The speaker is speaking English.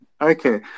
Okay